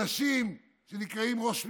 אנשים שנקראים ראש ממשלה,